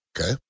Okay